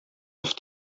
auf